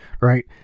Right